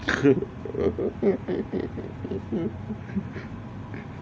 script